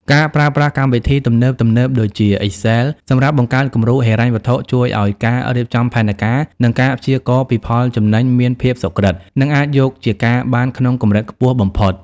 ការប្រើប្រាស់កម្មវិធីទំនើបៗដូចជា Excel សម្រាប់បង្កើតគំរូហិរញ្ញវត្ថុ ជួយឱ្យការរៀបចំផែនការ និងការព្យាករណ៍ពីផលចំណេញមានភាពសុក្រឹត និងអាចយកជាការបានក្នុងកម្រិតខ្ពស់បំផុត។